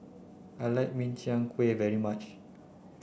I like Min Chiang Kueh very much